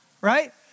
right